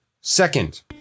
Second